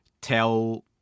tell